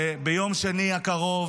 ביום שני הקרוב,